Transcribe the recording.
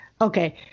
Okay